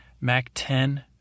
Mac-10 –